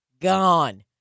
gone